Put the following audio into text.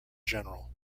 general